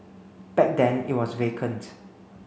back then it was vacant